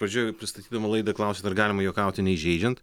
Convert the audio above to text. pradžioj pristatydama laidą klausėt ar galima juokauti neįžeidžiant